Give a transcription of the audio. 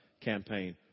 campaign